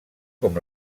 com